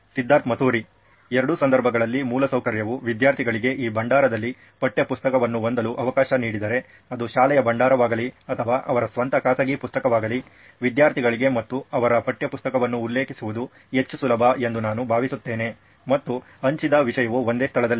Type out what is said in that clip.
ಸಿದ್ಧಾರ್ಥ್ ಮತುರಿ ಎರಡೂ ಸಂದರ್ಭಗಳಲ್ಲಿ ಮೂಲಸೌಕರ್ಯವು ವಿದ್ಯಾರ್ಥಿಗಳಿಗೆ ಈ ಭಂಡಾರದಲ್ಲಿ ಪಠ್ಯಪುಸ್ತಕವನ್ನು ಹೊಂದಲು ಅವಕಾಶ ನೀಡಿದರೆ ಅದು ಶಾಲೆಯ ಭಂಡಾರವಾಗಲಿ ಅಥವಾ ಅವರ ಸ್ವಂತ ಖಾಸಗಿ ಪುಸ್ತಕವಾಗಲಿ ವಿದ್ಯಾರ್ಥಿಗಳಿಗೆ ಮತ್ತು ಅವರ ಪಠ್ಯಪುಸ್ತಕವನ್ನು ಉಲ್ಲೇಖಿಸುವುದು ಹೆಚ್ಚು ಸುಲಭ ಎಂದು ನಾನು ಭಾವಿಸುತ್ತೇನೆ ಮತ್ತು ಹಂಚಿದ ವಿಷಯವು ಒಂದೇ ಸ್ಥಳದಲ್ಲಿದೆ